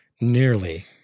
nearly